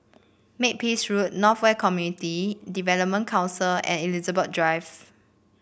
Makepeace Road North West Community Development Council and Elizabeth Drive